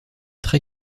très